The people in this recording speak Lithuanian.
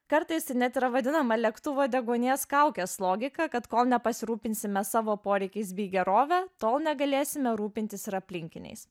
kartais tai net yra vadinama lėktuvo deguonies kaukės logika kad kol nepasirūpinsime savo poreikiais bei gerove tol negalėsime rūpintis ir aplinkiniais